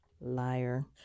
Liar